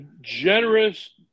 generous